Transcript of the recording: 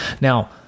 Now